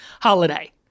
holiday